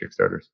Kickstarters